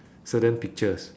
certain pictures